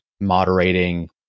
moderating